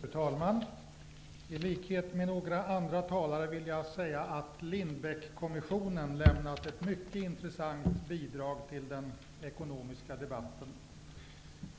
Fru talman! I likhet med andra talare vill jag säga att Lindbeckkommissionen lämnat ett mycket intressant bidrag till den ekonomiska debatten.